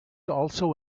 also